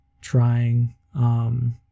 trying